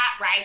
right